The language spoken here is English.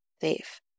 safe